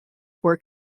were